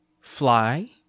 fly